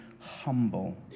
humble